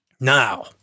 Now